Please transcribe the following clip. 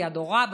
הוריו,